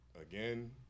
Again